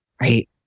right